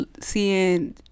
seeing